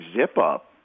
zip-up